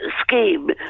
scheme